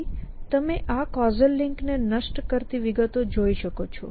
પછી તમે આ કૉઝલ લિંકને નષ્ટ કરતી વિગતો જોઈ શકો છો